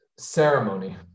ceremony